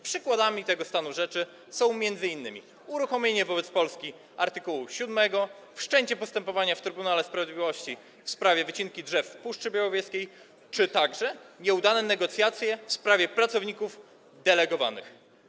Przykładami tego stanu rzeczy są m.in. uruchomienie wobec Polski art. 7, wszczęcie postępowania w Trybunale Sprawiedliwości w sprawie wycinki drzew w Puszczy Białowieskiej czy także nieudane negocjacje w sprawie pracowników delegowanych.